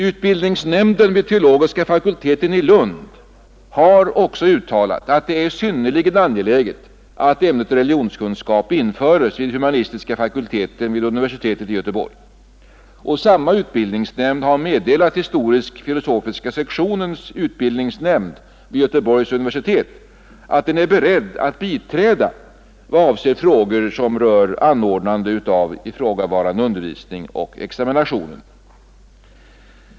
Utbildningsnämnden vid teologiska fakulteten i Lund har också uttalat, att det är synnerligen angeläget att ämnet religionskunskap införes vid humanistiska fakulteten vid universitetet i Göteborg. Samma utbildningsnämnd har meddelat historisk-filosofiska sektionens utbildningsnämnd vid Göteborgs universitet att den är beredd biträda i vad avser frågor rörande anordnande av ifrågavarande undervisning och examination.